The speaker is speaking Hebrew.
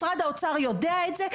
משרד האוצר יודע את זה.